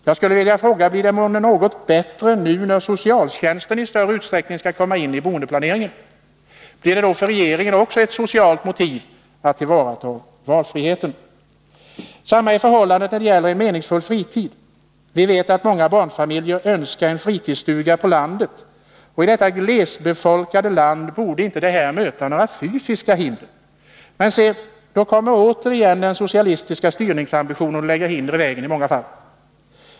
Jag skulle vilja fråga: Blir det månne något bättre nu när socialtjänsten i större utsträckning skall gå in i boendeplaneringen? Blir det då för regeringen också ett socialt motiv att tillvarata valfriheten? Detsamma är förhållandet när det gäller en meningsfull fritid. Vi vet att många barnfamiljer önskar en fritidsstuga på landet. Och i detta glesbefolkade land borde det här inte möta några fysiska hinder. Men se, då kommer återigen den socialistiska styrningsambitionen och lägger hinder i vägen i många fall.